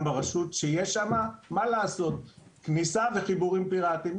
ברשות שיש שם כניסה וחיבורים פיראטיים.